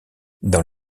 dans